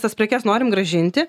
tas prekes norim grąžinti